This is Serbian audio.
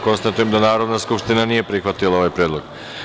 Konstatujem da Narodna skupština nije prihvatila ovaj predlog.